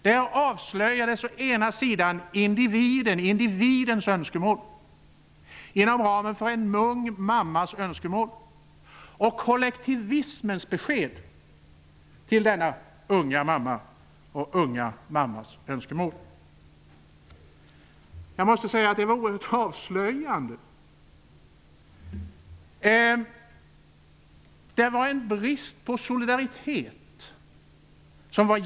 Där avslöjades å ena sidan individens önskemål inom ramen för en ung mammas önskemål och å andra sidan kollektivismens besked till denna unga mamma och hennes önskemål. Jag måste säga att det var oerhört avslöjande. Det visade en genomgående brist på solidaritet.